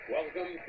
Welcome